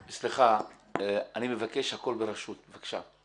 סליחה, אני מבקש הכול ברשות בבקשה.